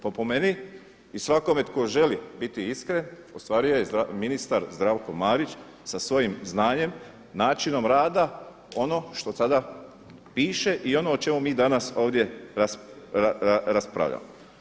Pa po meni i svakome tko želi biti iskren ostvario je ministar Zdravko Marić sa svojim znanjem, načinom rada ono što tada piše i ono o čemu mi danas ovdje raspravljamo.